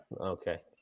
Okay